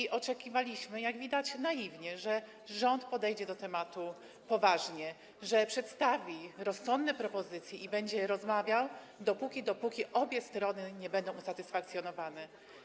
I oczekiwaliśmy - jak widać, naiwnie - że rząd podejdzie do tematu poważnie, że przedstawi rozsądne propozycje i będzie rozmawiał dopóty, dopóki obie strony nie będą usatysfakcjonowane.